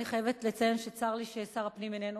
אני חייבת לציין שצר לי ששר הפנים איננו